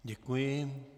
Děkuji.